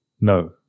No